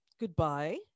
goodbye